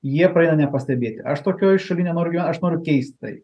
jie praeina nepastebėti aš tokioj šalyj nenoriu gyvent aš noriu keist tai